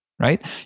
right